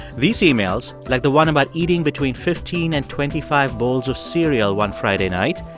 these emails, like the one about eating between fifteen and twenty five bowls of cereal one friday night,